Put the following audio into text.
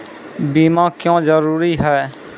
बीमा क्यों जरूरी हैं?